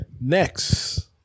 next